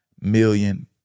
million